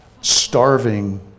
starving